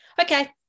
Okay